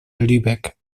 lübeck